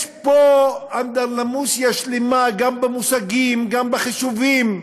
יש פה אנדרלמוסיה שלמה, גם במושגים, גם בחישובים,